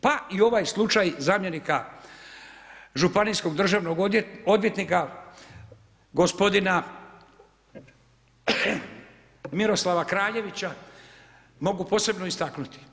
Pa i ova slučaj zamjenika županijskog državnog odvjetnika gospodina Miroslava Kraljevića, mogu posebno istaknuti.